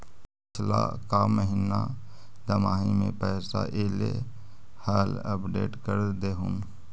पिछला का महिना दमाहि में पैसा ऐले हाल अपडेट कर देहुन?